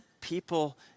people